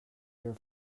your